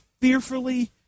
fearfully